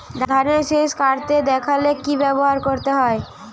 ধানের শিষ কাটতে দেখালে কি ব্যবহার করতে হয়?